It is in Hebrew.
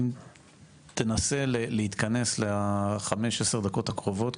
תנסה להתכנס לחמש-עשר דקות הקרובות,